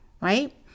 right